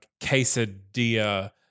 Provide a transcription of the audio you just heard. quesadilla